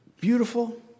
Beautiful